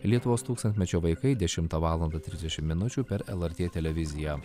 lietuvos tūkstantmečio vaikai dešimtą valandą trisdešim minučių per lrt televiziją